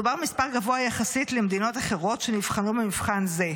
מדובר מספר גבוה יחסית למדינות אחרות שנבחנו במבחן זה.